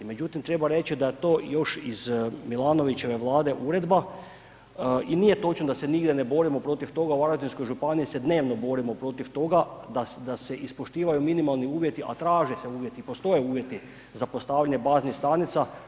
Međutim, treba reći da je to još iz Milanovićeve Vlade uredba i nije točno da se nigdje ne borimo protiv toga, u Varaždinskoj županiji se dnevno borimo protiv toga da, da se ispoštivaju minimalni uvjeti, a traže se uvjeti i postoje uvjeti za postavljanje baznih stanica.